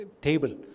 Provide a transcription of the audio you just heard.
table